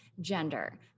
gender